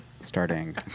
starting